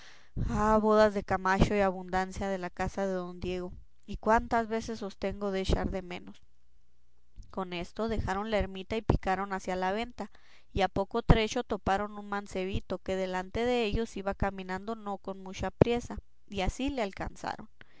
ah bodas de camacho y abundancia de la casa de don diego y cuántas veces os tengo de echar menos con esto dejaron la ermita y picaron hacia la venta y a poco trecho toparon un mancebito que delante dellos iba caminando no con mucha priesa y así le alcanzaron